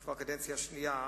כבר קדנציה שנייה,